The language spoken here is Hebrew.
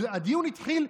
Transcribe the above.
הדיון התחיל,